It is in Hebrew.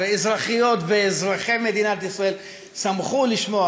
ואזרחיות ואזרחי מדינת ישראל שמחו לשמוע,